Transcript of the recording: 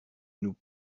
nous